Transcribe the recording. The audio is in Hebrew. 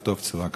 לכתוב בצורה כזו.